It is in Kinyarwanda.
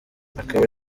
akaba